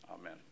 Amen